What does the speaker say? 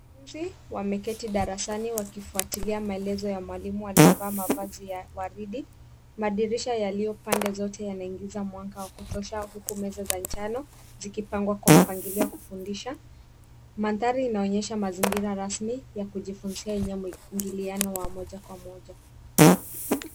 Wanafunzi wameketi darasani wakifuatilia maelezo ya mwalimu aliyevaa mavazi ya waridi. Madirisha yaliyo pande zote yanaingiza mwanga wa kutosha huku meza za nchano zikipangwa kwa mpangilio wa kufundisha. Mandhari inaonyesha mazingira rasmi ya kujifunzia yenye mwingiliano wa moja kwa moja.